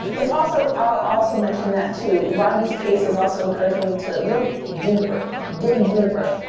it's also, i'll also mention that to rodney's case has also encouraged me to look deeper dig deeper,